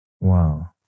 Wow